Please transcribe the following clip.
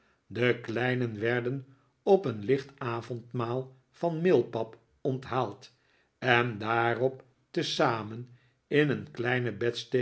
de kleinen werden op een licht avondmaal van meelpap onthaald en daarop tezamen in een kleine